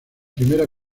primera